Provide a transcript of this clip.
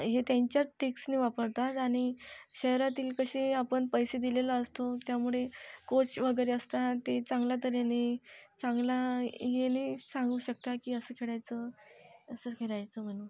हे त्यांच्याच टिक्सने वापरतात शहरातील कसे आपण पैसे दिलेला असतो त्यामुळे कोच वगैरे असतात ते चांगल्या तऱ्हेने चांगला ह्याने सांगू शकतात की असं खेळायचं असं खेळायचं म्हणून